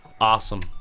Awesome